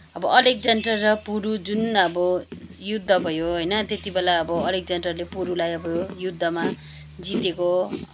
अब अलेकजेन्डर र पुरू जुन अब युद्ध भयो होइन त्यति बेला अब अलेकजेन्डरले पुरूलाई आब युद्धमा जितेको